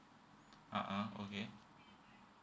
a'ah okay